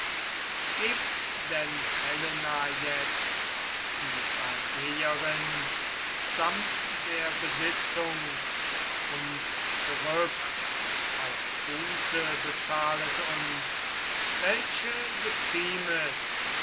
gebt denn helena jetzt die argeierin samt der besitzung uns zurück auch buße bezahlet uns welche geziemet